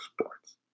sports